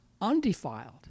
undefiled